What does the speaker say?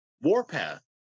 Warpath